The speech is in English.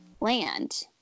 land